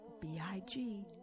B-I-G